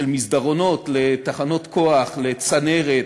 של מסדרונות לתחנות כוח, לצנרת,